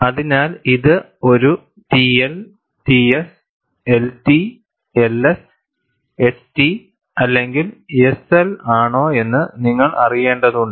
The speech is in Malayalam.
അതിനാൽ ഇത് ഒരു TL TS LT LS ST അല്ലെങ്കിൽ SL ആണോ എന്ന് നിങ്ങൾ അറിയേണ്ടതുണ്ട്